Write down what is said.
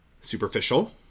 superficial